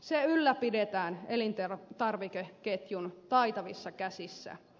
se ylläpidetään elintarvikeketjun taitavissa käsissä